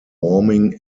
warming